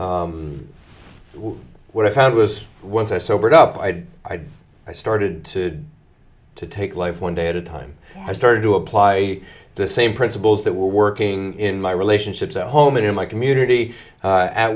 what i found was once i sobered up i had i started to take life one day at a time i started to apply the same principles that were working in my relationships at home and in my community a